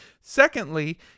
Secondly